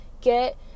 get